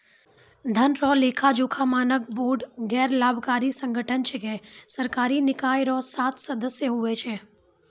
धन रो लेखाजोखा मानक बोर्ड गैरलाभकारी संगठन छिकै सरकारी निकाय रो सात सदस्य हुवै छै